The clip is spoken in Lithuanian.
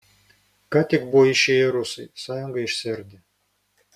ką tik buvo išėję rusai sąjunga išsiardė